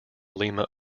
lima